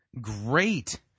Great